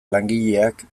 langileak